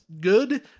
good